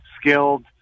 skilled